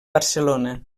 barcelona